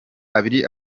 abiri